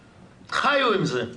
חיו עם זה.